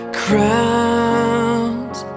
crowns